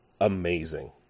amazing